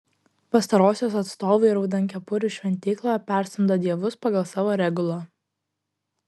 pastarosios atstovai raudonkepurių šventykloje perstumdo dievus pagal savo regulą